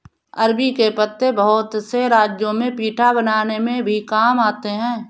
अरबी के पत्ते बहुत से राज्यों में पीठा बनाने में भी काम आते हैं